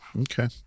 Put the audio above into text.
okay